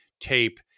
tape